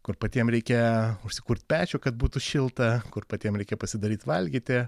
kur patiem reikia užsikurt pečių kad būtų šilta kur patiem reikia pasidaryt valgyti